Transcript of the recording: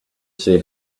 see